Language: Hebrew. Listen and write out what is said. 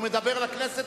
הוא מדבר לכנסת,